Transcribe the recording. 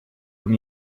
con